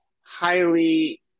highly